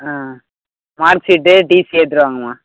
ஆ mark sheet TC எடுத்துகிட்டு வாங்கம்மா